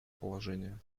положение